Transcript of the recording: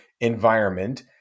environment